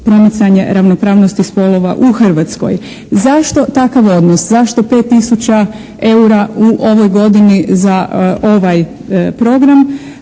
promicanje ravnopravnosti spolova u Hrvatskoj. Zašto takav odnos? Zašto 5 tisuća eura u ovoj godini za ovaj program?